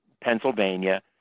Pennsylvania